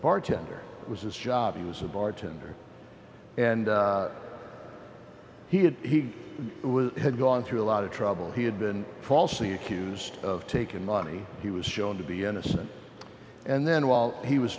bartender was is job he was a bartender and he had he had gone through a lot of trouble he had been falsely accused of taking money he was shown to be innocent and then while he was